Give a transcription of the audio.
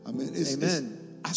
Amen